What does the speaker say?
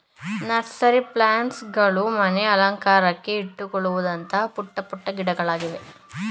nursery plants ಗಳು ಮನೆ ಅಲಂಕಾರಕ್ಕೆ ಇಟ್ಟುಕೊಳ್ಳುವಂತಹ ಪುಟ್ಟ ಪುಟ್ಟ ಗಿಡಗಳಿವೆ